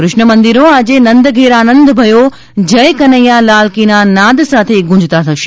કૃષ્ણ મંદિરો આજે નંદ ઘેર આનંદ ભયો જય કનૈયા લાલ કી ના નાદ સાથે ગુંજતા થશે